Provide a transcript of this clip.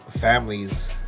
families